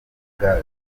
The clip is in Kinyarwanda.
gaz